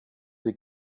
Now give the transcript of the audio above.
the